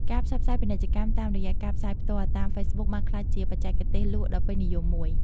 ការផ្សព្វផ្សាយពាណិជ្ជកម្មតាមរយៈការផ្សាយផ្ទាល់ តាមហ្វេសប៊ុកបានក្លាយជាបច្ចេកទេសលក់ដ៏ពេញនិយមមួយ។